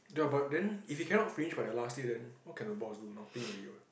ya but then if he cannot finish by the last day then what can the boss do nothing already what